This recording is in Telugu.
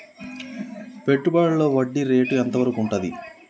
పెట్టుబడులలో వడ్డీ రేటు ఎంత వరకు ఉంటది?